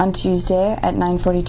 on tuesday at nine forty